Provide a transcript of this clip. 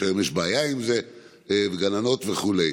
שהיום יש בעיה עם זה, גננות וכו'.